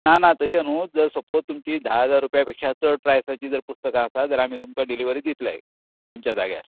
ना ना तशें न्हू जर सपोझ तुमचीं धा हजार रुपया परस चड प्रायसाचीं जर पुस्तकां आसा जाल्यार आमी तुमकां डिलिव्हरी दितले तुमच्या जाग्यार